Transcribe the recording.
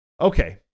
Okay